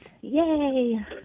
Yay